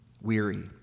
weary